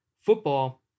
football